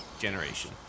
generation